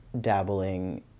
dabbling